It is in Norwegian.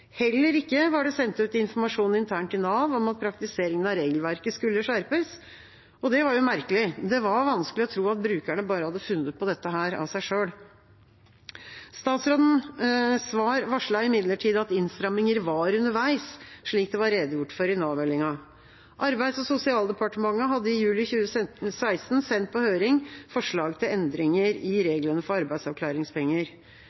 Heller ikke var det sendt ut informasjon internt i Nav om at praktiseringen av regelverket skulle skjerpes, og det var jo merkelig. Det var vanskelig å tro at brukerne bare hadde funnet på dette av seg selv. Statsrådens svar varslet imidlertid at innstramminger var underveis, slik det var redegjort for i Nav-meldinga. Arbeids- og sosialdepartementet hadde i juli 2016 sendt på høring forslag til endringer i